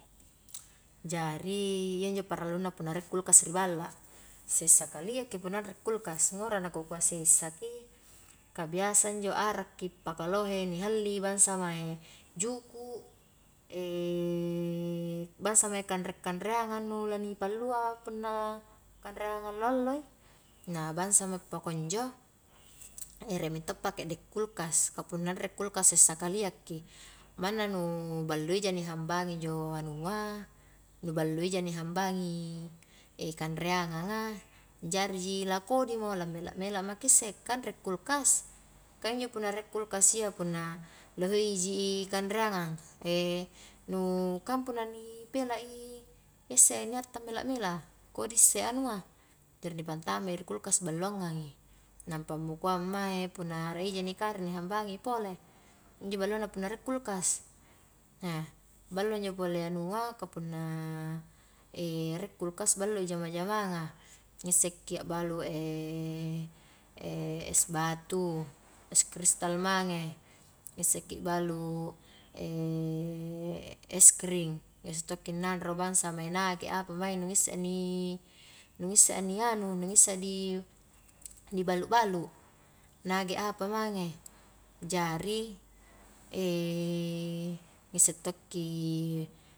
Jari, iya injo paralunna punna rie kulkas riballa, sessa kaliaki punna anre kulkas, ngura nakukua sessa ki, ka biasa injo arakki paka lohe ni halli bangsa mae juku', bangsa mae kanre-kanreangan nu lani pallua punna kanreangan allo-allo i, na bangsami pakunjo, rie mintoppa kedde kulkas, ka punna anre kulkas sessa kalia ki, manna nu balloija ni hambangi injo anua, nu balloija ni hambangi kanreangang a, jari ji la kodimo, la mela-mela maki isse ka anre kulkas, ka injo punna rie kulkas iya punna loheikji kanreangang, nu kang punna ni pelai iya isse ni atta mela-mela a, koddi isse anua, jari ni pantama ri kulkas balloangngangi, nampa mukoang mae punna a'ara i ji ni kanre ni hambangi pole, injo ballona punna rie kulkas, ballo injo pole anua ka punna rie kulkas ballo jama-jamaanga ngisseki abbalu es batu, es kristal mange, ngiseki balu eksrim, biasa tokki nanro bangsa mae naget apa mae nu nu ngisse a ni nu ngissea ni anu, nu issea dibalu-balu, naget apa mange, jari ngisse tokki.